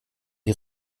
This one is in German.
die